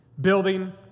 Building